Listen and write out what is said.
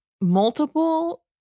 multiple